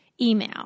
email